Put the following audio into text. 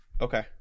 Okay